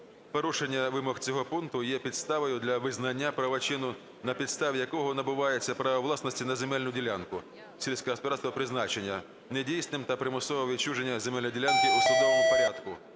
"Порушення вимог цього пункту є підставою для визнання правочину, на підставі якого набувається право власності на земельну ділянку сільськогосподарського призначення, недійсним та примусового відчуження земельної ділянки у судовому порядку".